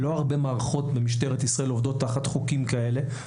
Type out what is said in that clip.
לא הרבה מערכות במשטרת ישראל עובדות תחת חוקים כאלה.